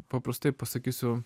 paprastai pasakysiu